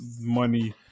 money